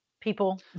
People